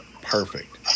perfect